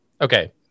Okay